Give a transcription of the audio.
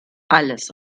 alles